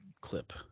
clip